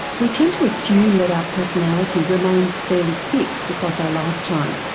we tend to assume that our personality remains fairly fixed across our lifetime,